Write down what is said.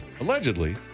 Allegedly